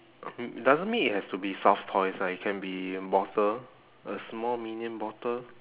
doesn't mean it has to be soft toys ah it can be bottle a small minion bottle